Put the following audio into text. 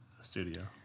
studio